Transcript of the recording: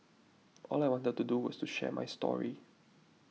all I wanted to do was to share my story